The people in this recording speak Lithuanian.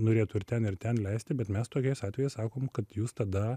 norėtų ir ten ir ten leisti bet mes tokiais atvejais sakom kad jūs tada